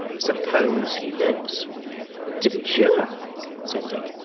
suppose he lives to be sure said dick.